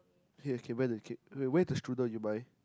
okay okay where the keep okay where the strudel you buy